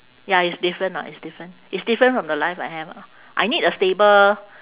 ya it's different ah it's different it's different from the life I have lah I need a stable